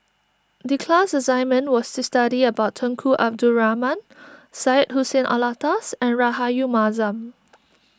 the class assignment was to study about Tunku Abdul Rahman Syed Hussein Alatas and Rahayu Mahzam